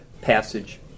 passage